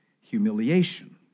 humiliation